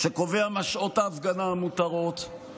שקובע מהן שעות ההפגנה המותרות,